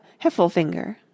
Heffelfinger